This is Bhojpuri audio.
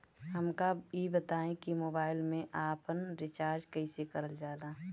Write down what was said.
हमका ई बताई कि मोबाईल में आपन रिचार्ज कईसे करल जाला?